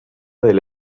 del